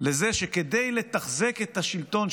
לזה שכדי לתחזק את השלטון,